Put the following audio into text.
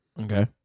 Okay